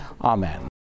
Amen